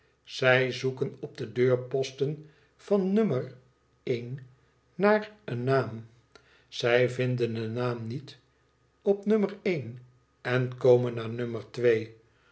zij zoeken op de deurposten van nummer een naar een naam zij vinden den naam niet op nummer een en komen naar